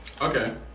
Okay